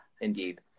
Indeed